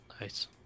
Nice